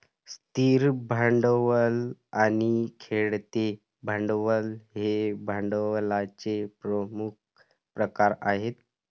स्थिर भांडवल आणि खेळते भांडवल हे भांडवलाचे प्रमुख प्रकार आहेत